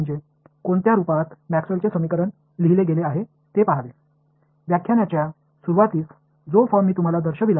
எனவே மேக்ஸ்வெல்லின் சமன்பாடுகள் எந்த வடிவத்தில் எழுதப்பட்டுள்ளன என்பதைப் பார்ப்பதன் மூலம் அவற்றைத் தீர்ப்பதற்கான மற்றொரு வழி